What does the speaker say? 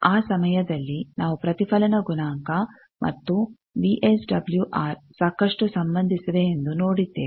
ಆ ಸಮಯದಲ್ಲಿ ನಾವು ಪ್ರತಿಫಲನ ಗುಣಾಂಕ ಮತ್ತು ವಿ ಎಸ್ ಡಬ್ಲೂ ಆರ್ ಸಾಕಷ್ಟು ಸಂಬಂಧಿಸಿವೆ ಎಂದು ನೋಡಿದ್ದೇವೆ